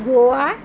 Goa